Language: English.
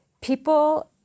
people